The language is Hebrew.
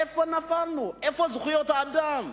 איפה נפלנו, איפה זכויות האדם,